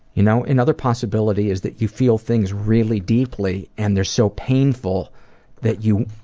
you know, another possibility is that you feel things really deeply and they're so painful that you